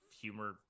humor